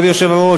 כבוד היושב-ראש,